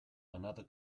another